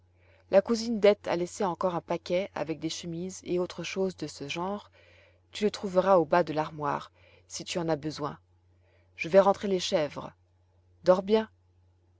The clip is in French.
la cousine dete a laissé encore un paquet avec des chemises et autres choses de ce genre tu le trouveras au bas de l'armoire si tu en as besoin je vais rentrer les chèvres dors bien